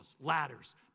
ladders